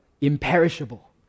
imperishable